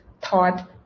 thought